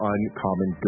Uncommon